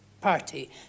party